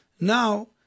Now